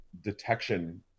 detection